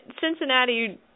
Cincinnati